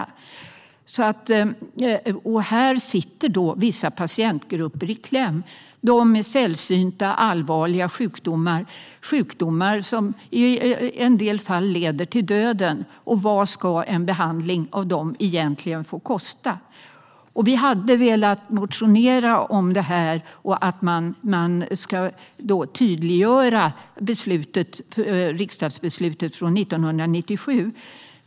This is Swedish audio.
En ny hälso och sjukvårdslag Här sitter vissa patientgrupper i kläm, till exempel de med sällsynta allvarliga sjukdomar. Det är sjukdomar som i en del fall leder till döden. Vad ska en behandling av dem egentligen få kosta? Vi ville motionera om detta och att man skulle tydliggöra riksdagsbeslutet från 1997.